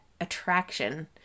attraction